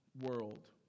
world